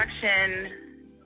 production